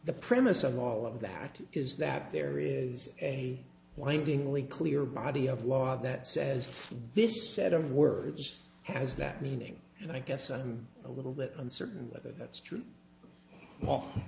the premise of all of that is that there is a winding only clear body of law that says this set of words has that meaning and i guess i'm a little bit uncertain whether that's true